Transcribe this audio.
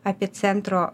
apie centro